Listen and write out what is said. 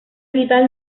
vidal